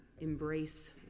embrace